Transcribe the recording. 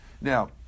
Now